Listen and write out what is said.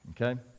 okay